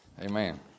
Amen